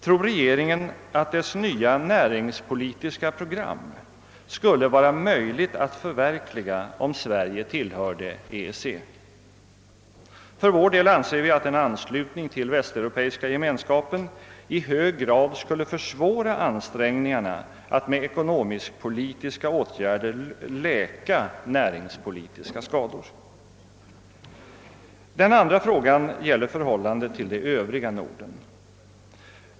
Tror regeringen att dess nya näringspolitiska program skulle vara möjligt att förverkliga om Sverige tillhörde EEC? För vår del anser vi att en anslutning till Västeuropeiska gemenskapen i hög grad skulle försvåra ansträngningarna att med ekonomisk-politiska åtgärder läka näringspolitiska skador. Den andra frågan gäller förhållandet till det övriga Norden.